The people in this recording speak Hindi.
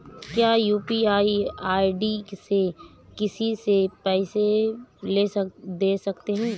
क्या यू.पी.आई आई.डी से किसी से भी पैसे ले दे सकते हैं?